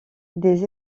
des